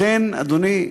לכן, אדוני,